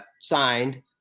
signed